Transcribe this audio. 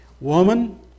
Woman